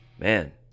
Man